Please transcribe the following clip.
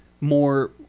more